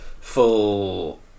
full